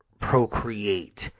procreate